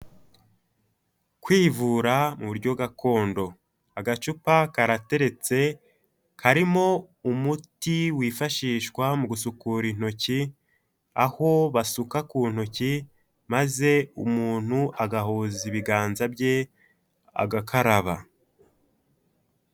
Kwivura mu buryo gakondo: Agacupa karateretse, karimo umuti wifashishwa mu gusukura intoki, aho basuka ku ntoki maze umuntu agahuza ibiganza bye, agakaraba.